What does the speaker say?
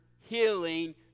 healing